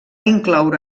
incloure